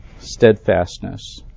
steadfastness